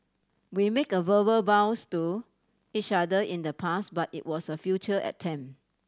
we make verbal vows to each other in the past but it was a futile attempt